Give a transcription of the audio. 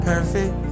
Perfect